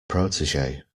protege